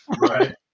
Right